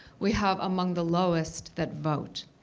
we have among the lowest that vote.